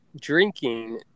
drinking